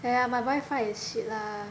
!aiya! my wifi is shit lah